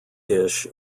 dish